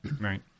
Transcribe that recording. Right